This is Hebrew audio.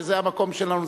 שזה המקום שלנו,